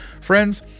friends